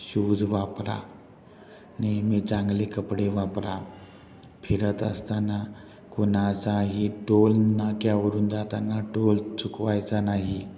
shoes वापरा नेहमी चांगले कपडे वापरा फिरत असताना कोणाचाही टोलनाक्यावरून जाताना टोल चुकवायचा नाही